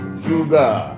sugar